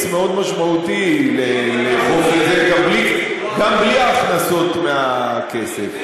מאוד משמעותי לאכוף את זה גם בלי ההכנסות מהכסף.